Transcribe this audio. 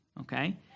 Okay